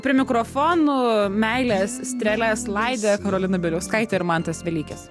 prie mikrofonų meilės strėles laidė karolina bieliauskaitė ir mantas velykis